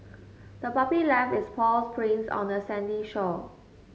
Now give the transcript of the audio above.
the puppy left its paws prints on the sandy shore